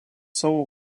savo